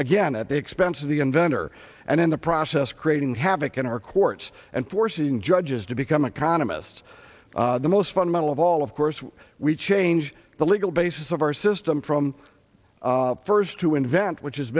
again at the expense of the inventor and in the process creating havoc in our courts and forcing judges to become economists the most fundamental of all of course we change the legal basis of our system from first to invent which has